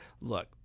Look